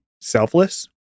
selfless